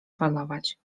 falować